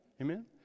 Amen